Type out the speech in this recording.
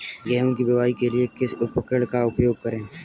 गेहूँ की बुवाई के लिए किस उपकरण का उपयोग करें?